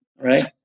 right